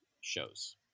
shows